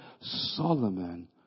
Solomon